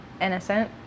innocent